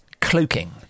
cloaking